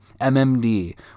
mmd